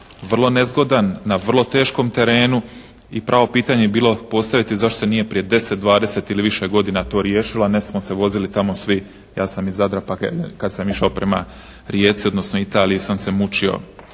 vrlo nezgodan, na vrlo teškom terenu i pravo pitanje bi bilo postaviti zašto se nije prije deset, dvadeset ili više godina to riješilo a ne smo se vozili tamo svi, ja sam iz Zadra pa kad sam išao prema Rijeci odnosno Italiji sam se mučio